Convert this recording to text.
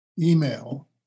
email